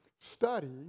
study